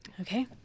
Okay